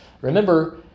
Remember